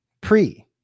pre